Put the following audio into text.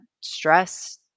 stress